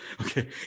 Okay